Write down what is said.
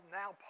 now